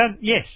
yes